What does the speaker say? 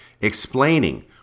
explaining